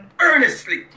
Earnestly